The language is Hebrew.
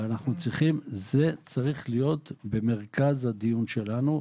וזה צריך להיות במרכז הדיון שלנו,